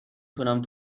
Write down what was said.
تونم